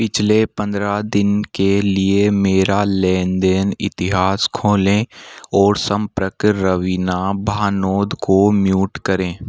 पिछले पंद्रह दिन के लिए मेरा लेन देन इतिहास खोलें और संपर्क रवीना भानोद को म्यूट करें